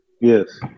Yes